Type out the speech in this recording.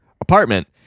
apartment